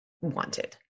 wanted